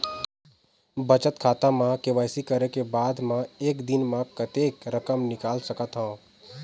बचत खाता म के.वाई.सी करे के बाद म एक दिन म कतेक रकम निकाल सकत हव?